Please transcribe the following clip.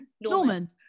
Norman